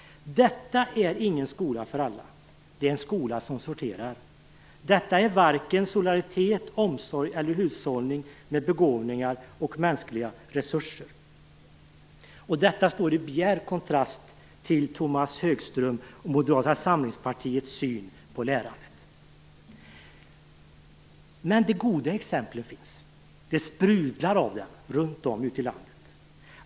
Detta är inte en skola för alla. Detta är en skola som sorterar. Detta är varken solidaritet, omsorg eller hushållning med begåvningar och mänskliga resurser. Detta står i bjärt kontrast till Tomas Högströms och Moderata samlingspartiets syn på lärandet. Men de goda exemplen finns. Det sprudlar av dem runt om i landet.